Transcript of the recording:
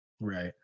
Right